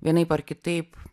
vienaip ar kitaip